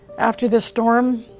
after the storm,